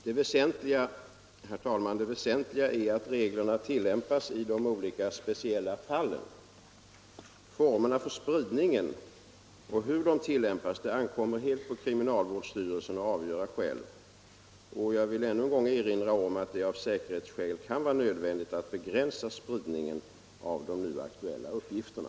Herr talman! Det väsentliga är att reglerna tillämpas i de enskilda fallen. Formerna för spridningen och hur reglerna tillämpas är sådant som det ankommer på kriminalvårdsstyrelsen att avgöra helt självständigt. Jag vill ännu en gång erinra om att det av säkerhetsskäl kan vara nödvändigt att begränsa spridningen av de nu aktuella uppgifterna.